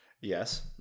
Yes